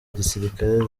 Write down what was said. gisirikare